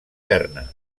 berna